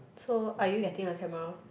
so are you getting a camera